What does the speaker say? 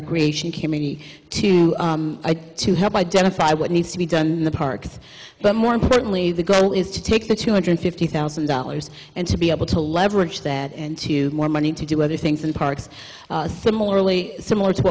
recreation committee to to help identify what needs to be done in the parks but more importantly the goal is to take the two hundred fifty thousand dollars and to be able to leverage that and to more money to do other things in parks similarly similar to